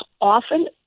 often